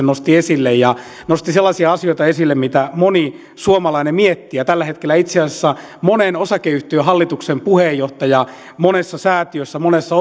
nosti esille aivan erinomaisen kysymyksen ja sellaisia asioita mitä moni suomalainen miettii tällä hetkellä itse asiassa monen osakeyhtiön hallituksen puheenjohtaja miettii monessa säätiössä monessa